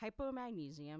hypomagnesium